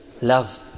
love